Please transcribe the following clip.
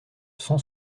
cent